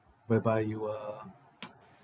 whereby you uh